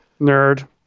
Nerd